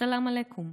ב"סלאם עליכום".